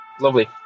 Lovely